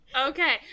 Okay